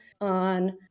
on